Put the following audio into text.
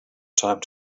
time